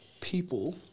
people